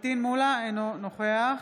אינו נוכח